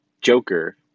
Joker